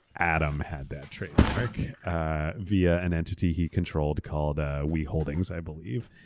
adam had that trademark via an entity he controlled called ah we holdings, i believe.